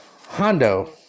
Hondo